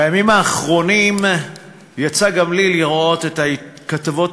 בימים האחרונים יצא גם לי לראות את הכתבות